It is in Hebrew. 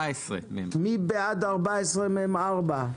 מי בעד אישור סעיף 14מ(4)?